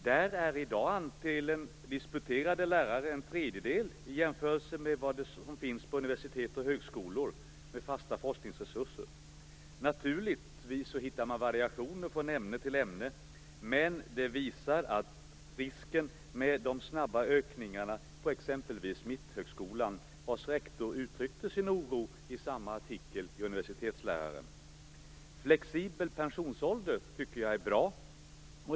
Där är i dag andelen disputerade lärare en tredjedel i jämförelse med vad som finns på universitet och högskolor med fasta forskningsresurser. Naturligtvis hittar man variationer från ämne till ämne, men det visar risken med de snabba ökningarna på exempelvis Mitthögskolan, vars rektor uttryckte sin oro i samma artikel i Universitetsläraren. Jag tycker att det är bra med flexibel pensionsålder.